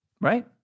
Right